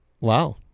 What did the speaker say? wow